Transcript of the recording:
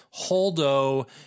Holdo